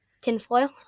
Tinfoil